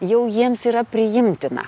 jau jiems yra priimtina